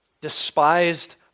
despised